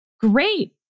great